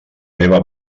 meva